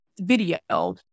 video